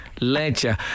Ledger